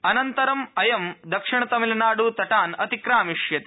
अनन्तरमु अयं दक्षिणतमिलनाड़ तटान् अतिक्रमिष्यति